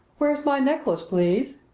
where's my necklace, please?